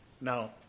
Now